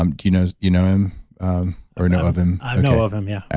um do you know you know him or know of him? i know of him, yeah.